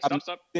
stop